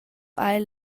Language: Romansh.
haiel